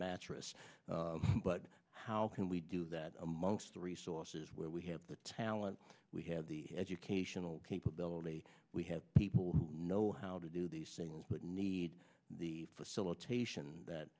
mattress but how can we do that amongst the resources where we have the talent we have the educational capability we have people who know how to do these things but need the facilit